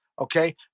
okay